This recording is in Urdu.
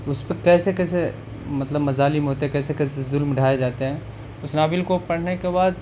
اس پہ کیسے کیسے مطلب مظالم ہوتے ہیں کیسے کیسے ظلم ڈھھائے جاتے ہیں اس ناول کو پڑھنے کے بعد